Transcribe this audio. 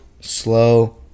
slow